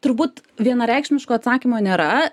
turbūt vienareikšmiško atsakymo nėra